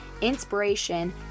inspiration